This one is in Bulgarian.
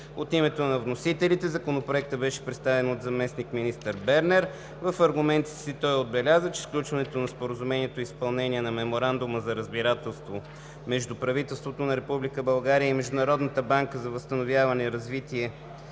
От името на вносителите Законопроектът беше представен от заместник-министър Милко Бернер. В аргументите си той отбеляза, че сключването на Споразумението е в изпълнение на Меморандума за разбирателство между правителството на Република България и Международната банка за възстановяване и развитие